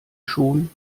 schon